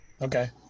Okay